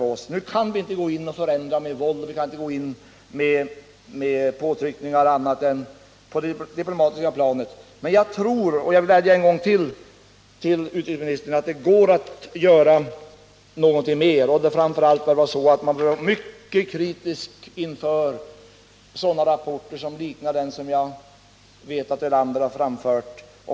Vi kan inte gå in och förändra med våld, vi kan inte gå in med andra påtryckningar än på det diplomatiska planet, men jag tror att det går att göra något mer och vädjar en gång till till utrikesministern om detta. Man bör framför allt vara mycket kritisk inför sådana rapporter som liknar dem jag vet att herr Ölander har framfört.